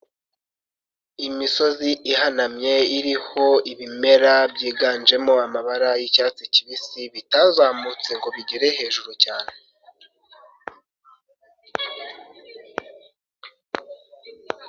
Imisozi ihanamye iriho ibimera byiganjemo amabara y'icyatsi kibisi bitazamutse ngo bigere hejuru cyane.